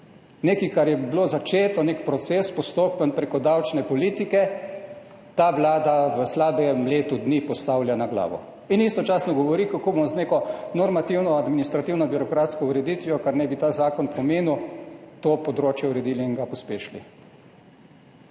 Nekaj, kar je bilo začeto, nek postopen proces prek davčne politike ta vlada v slabem letu dni postavlja na glavo in istočasno govori, kako bomo z neko normativno, administrativno, birokratsko ureditvijo, kar naj bi ta zakon pomenil, to področje uredili in ga pospešili.